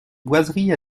boiseries